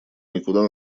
никуда